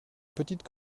petite